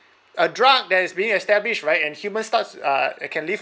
a drug that is being established right and human starts uh can live